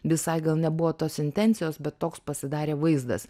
visai gal nebuvo tos intencijos bet toks pasidarė vaizdas